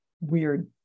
weird